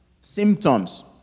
symptoms